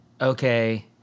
okay